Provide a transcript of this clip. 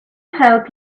help